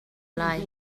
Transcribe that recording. lai